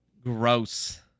Gross